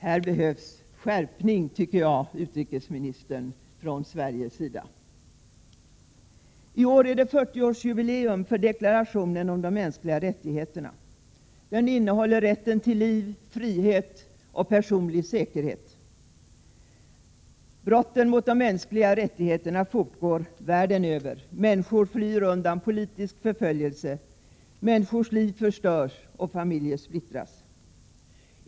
Här behövs en skärpning från Sverige, herr utrikesminister. I år är det 40-årsjubileum för deklarationen om de mänskliga rättigheterna. Till dem hör bl.a. rätten till liv, frihet och personlig säkerhet. Brotten mot de mänskliga rättigheterna fortgår världen över. Människor flyr undan politisk förföljelse, människors liv förstörs och familjer splittras.